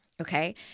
okay